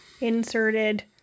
inserted